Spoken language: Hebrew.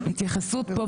שההתייחסות פה,